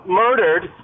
murdered